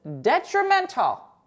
detrimental